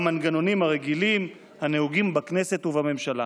במנגנונים הרגילים הנהוגים בכנסת ובממשלה,